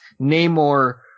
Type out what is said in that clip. Namor